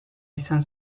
izan